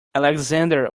alexander